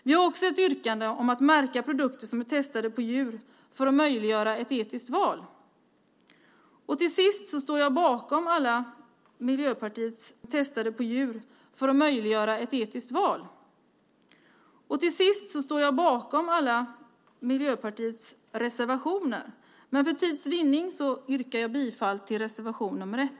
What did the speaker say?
Vi har också en reservation om att märka produkter som är testade på djur, detta för att möjliggöra ett etiskt val. Till sist vill jag säga att jag står bakom alla Miljöpartiets reservationer, men för tids vinnande yrkar jag bifall bara till reservation 1.